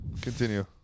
continue